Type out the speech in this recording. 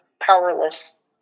powerless